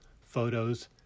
photos